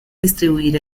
distribuir